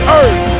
earth